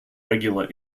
regular